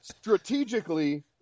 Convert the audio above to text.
Strategically